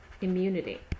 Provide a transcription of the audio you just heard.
immunity